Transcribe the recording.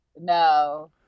No